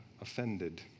offended